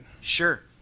Sure